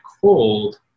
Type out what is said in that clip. cold